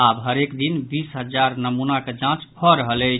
आब हरेक दिन बीस हजार नमूनाक जांच भऽ रहल अछि